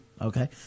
okay